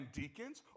deacons